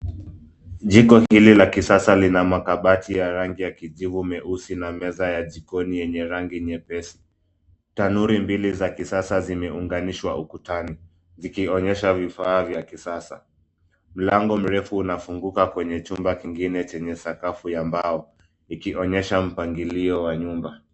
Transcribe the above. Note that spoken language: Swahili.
Jiko hilo la kisasa kina makabati ya rangi ya kijivu meusi na meza ya jikoni yenye rangi nyepesi. Tanuri mbili za kisasa zimeunganishwa ukutani . Zikionyesha vifaa vya kisasa . Mlango mrefu unafunguka kwenye chumba kingine chenye sakafu ya mbao ikionyesha mpangilio wa nyumba.